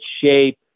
shape